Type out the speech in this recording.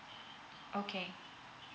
okay